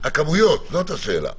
על מי אני אסמוך?